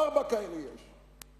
ארבע כאלה יש.